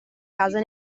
casa